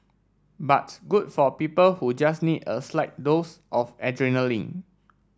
but good for people who just need a slight dose of adrenaline